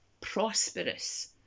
prosperous